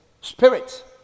spirit